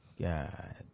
God